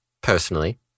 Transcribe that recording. personally